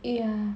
ya